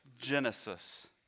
genesis